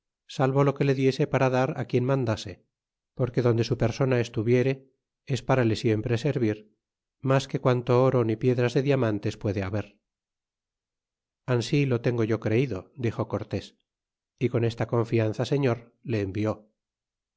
salvo lo que le diese para dar á quien mandase porque donde su persona estuviere es para le siempre servir mas que quanto oro ni piedras de diamantes puede haber ansi lo tengo yo creído dixo cortés y con esta confianza señor le envió